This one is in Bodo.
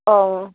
अ